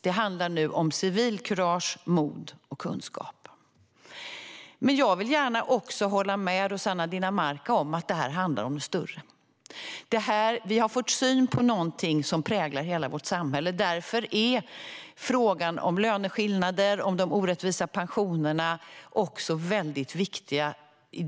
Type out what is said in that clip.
Det handlar nu om civilkurage, mod och kunskap. Men jag vill också gärna hålla med Rossana Dinamarca om att detta handlar om något större. Vi har fått syn på något som präglar hela vårt samhälle. Därför är frågorna om löneskillnader och orättvisa pensioner också väldigt viktiga i